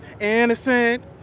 Innocent